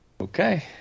Okay